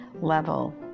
level